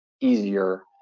easier